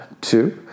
two